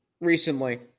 recently